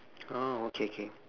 oh okay okay